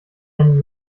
einen